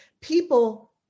people